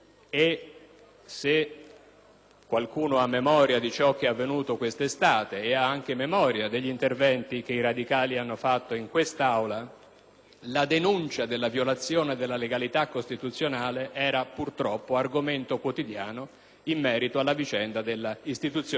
qualcuno ha memoria di ciò che è avvenuto questa estate e degli interventi che i radicali hanno svolto in quest'Aula, la denuncia della violazione della legalità costituzionale era, purtroppo, argomento quotidiano in merito alla vicenda della costituzione della Commissione di vigilanza RAI.